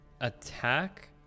attack